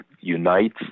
unites